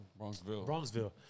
Bronxville